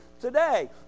today